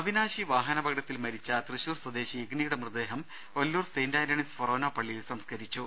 അവിനാശി വാഹനാപകടത്തിൽ മരിച്ച തൃശൂർ സ്വദേശി ഇഗ്നിയുടെ മൃതദേഹം ഒല്ലൂർ സെന്റ് ആന്റണീസ് ഫൊറോനാ പള്ളിയിൽ സംസ്ക രിച്ചു